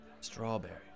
Strawberry